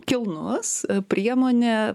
kilnus priemonė